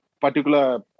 particular